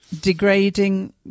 degrading